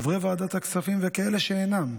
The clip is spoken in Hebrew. חברי ועדת הכספים וכאלה שאינם,